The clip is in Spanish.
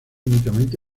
únicamente